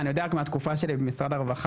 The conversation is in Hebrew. אני יודע רק מהתקופה שלי במשרד הרווחה,